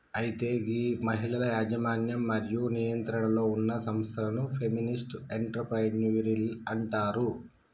అయితే గీ మహిళల యజమన్యం మరియు నియంత్రణలో ఉన్న సంస్థలను ఫెమినిస్ట్ ఎంటర్ప్రెన్యూరిల్ అంటారు